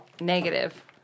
Negative